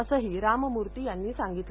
असंही राममूर्ती यांनी सांगितले